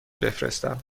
بفرستم